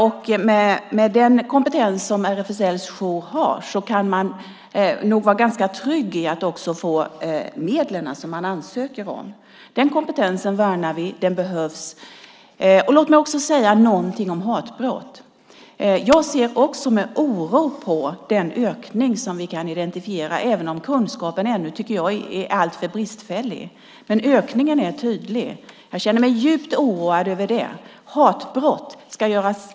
Med den kompetens som RFSL:s jour har kan man nog vara ganska trygg i att få de medel man ansöker om. Den kompetensen värnar vi; den behövs. Låt mig säga något om hatbrott. Jag ser också med oro på den ökning som vi kan identifiera, även om jag tycker att kunskapen ännu är alltför bristfällig. Ökningen är dock tydlig. Jag känner mig djupt oroad över det.